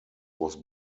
was